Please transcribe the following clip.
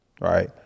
right